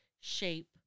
shape